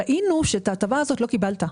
ראינו שאת ההטבה הזאת לא קיבלת,